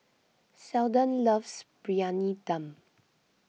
Seldon loves Briyani Dum